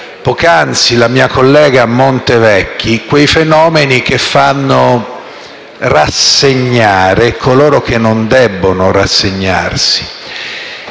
poc'anzi la mia collega Montevecchi, quei fenomeni che fanno rassegnare coloro che non debbono rassegnarsi.